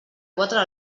quatre